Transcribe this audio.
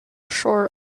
short